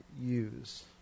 use